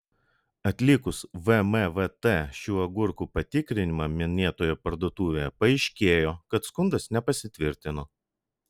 atlikus vmvt šių agurkų patikrinimą minėtoje parduotuvėje paaiškėjo kad skundas nepasitvirtino